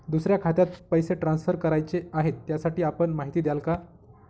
दुसऱ्या खात्यात पैसे ट्रान्सफर करायचे आहेत, त्यासाठी आपण माहिती द्याल का?